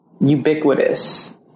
ubiquitous